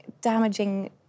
damaging